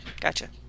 gotcha